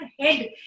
head